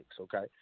okay